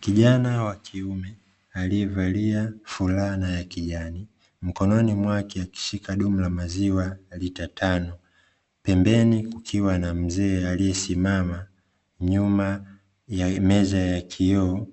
Kijana wa kiume aliyevalia fulana ya kijani, mkononi mwake akishika dumu la maziwa lita tano, pembeni kukiwa na mzee aliyesimama nyuma ya meza ya kioo